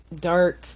dark